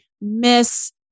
miss